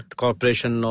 corporation